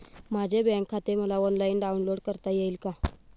माझे बँक खाते मला ऑनलाईन डाउनलोड करता येईल का?